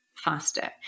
faster